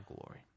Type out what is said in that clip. glory